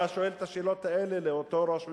אתה שואל את השאלות האלה את אותו ראש ממשלה,